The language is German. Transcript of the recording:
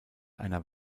einer